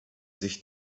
sich